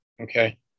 Okay